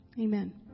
Amen